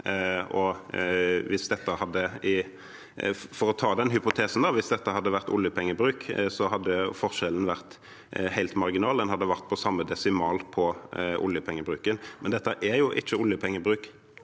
For å ta den hypotesen: Hvis dette hadde vært oljepengebruk, hadde forskjellen vært helt marginal. Den hadde vært på samme desimal på oljepengebruken. Men dette er jo ikke oljepengebruk.